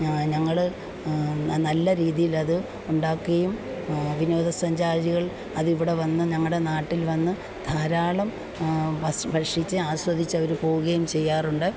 ഞങ്ങൾ നല്ല രീതിയിലത് ഉണ്ടാക്കുകയും വിനോദസഞ്ചാരികൾ അതിവിടെ വന്ന് ഞങ്ങളുടെ നാട്ടിൽ വന്ന് ധാരാളം വസ് ഭക്ഷിച്ച് ആസ്വദിച്ചവർ പോവുകയും ചെയ്യാറുണ്ട്